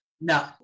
No